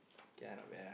yeah not bad